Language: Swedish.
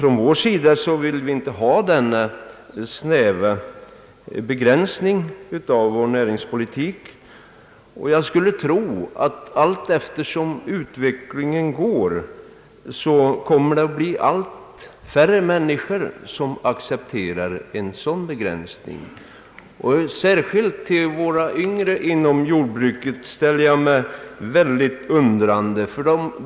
Från vår sida vill vi inte göra denna snäva begränsning av näringspolitiken, och jag skulle tro att utvecklingen kommer att medföra att allt färre människor accepterar en sådan begränsning. Jag frågar mig särskilt hur de yngre jordbrukarna kommer att ställa sig därtill.